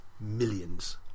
millions